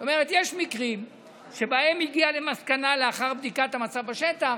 זאת אומרת, לאחר בדיקת המצב בשטח,